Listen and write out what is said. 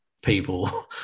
people